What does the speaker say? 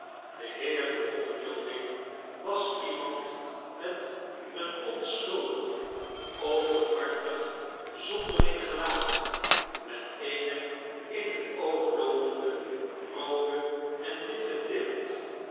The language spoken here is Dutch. de heer walter wilding was iemand met een geen uitweg onschuldig openhartig zonderling gelaat met eene in het oog loopende roode en witte tint